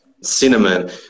cinnamon